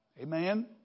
Amen